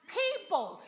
people